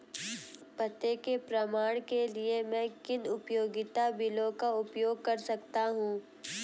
पते के प्रमाण के लिए मैं किन उपयोगिता बिलों का उपयोग कर सकता हूँ?